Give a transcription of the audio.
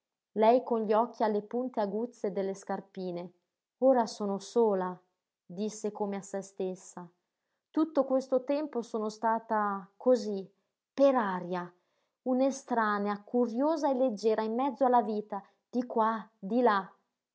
lei con gli occhi alle punte aguzze delle scarpine ora sono sola disse come a se stessa tutto questo tempo sono stata cosí per aria un'estranea curiosa e leggera in mezzo alla vita di qua di là